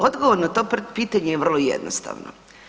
Odgovor na to pitanje je vrlo jednostavno.